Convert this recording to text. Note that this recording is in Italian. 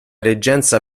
reggenza